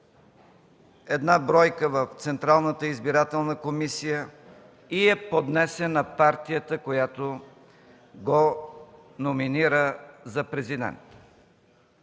една бройка в Централната избирателна комисия и я поднесе на партията, която го номинира за Президент.